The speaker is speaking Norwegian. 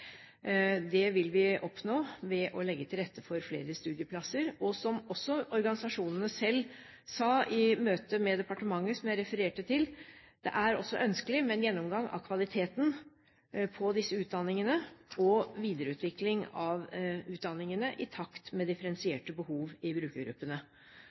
Det vil vi oppnå ved å legge til rette for flere studieplasser. Som organisasjonene selv sa i møte med departementet, som jeg refererte til: Det er også ønskelig med en gjennomgang av kvaliteten på disse utdanningene og videreutviklingen av utdanningene i takt med